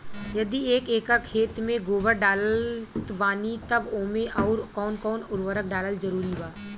यदि एक एकर खेत मे गोबर डालत बानी तब ओमे आउर् कौन कौन उर्वरक डालल जरूरी बा?